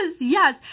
yes